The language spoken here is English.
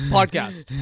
Podcast